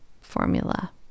formula